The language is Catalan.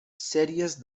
sèries